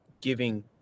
giving